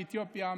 מאתיופיה,